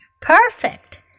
Perfect